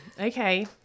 okay